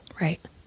Right